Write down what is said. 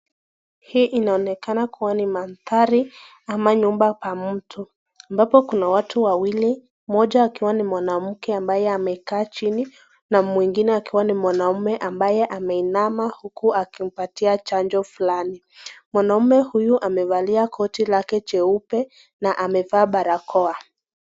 Hii inaonekana kuwa ni mantari ama nyumba pa mtu, ambapo kuna watu wawili, mmoja akiwa ni mwanamke ambaye amekaa chini na mwingine akiwa ni mwanaume ambaye ameinama huku akimpatia chanjo fulani. Mwanaume huyu amevalia koti lake jeupe na amevaa barakoa.